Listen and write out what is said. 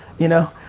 you know?